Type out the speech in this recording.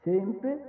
Sempre